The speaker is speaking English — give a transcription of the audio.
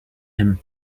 him